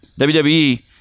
WWE